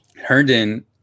Herndon